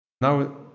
Now